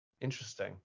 Interesting